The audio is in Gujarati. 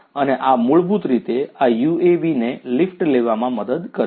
અને આ મૂળભૂત રીતે આ યુએવી ને લિફ્ટ લેવામાં મદદ કરશે